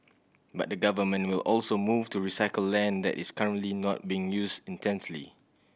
but the Government will also move to recycle land that is currently not being used intensely